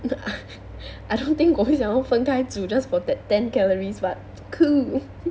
I don't think 我会想要分开煮 just for that ten calories but cool